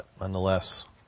nonetheless